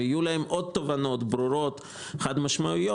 אם יהיו להם עוד תובנות ברורות וחד משמעיות,